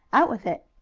out with it!